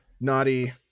Naughty